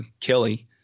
Kelly